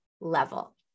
level